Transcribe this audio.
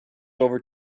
over